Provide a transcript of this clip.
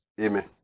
Amen